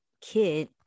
kid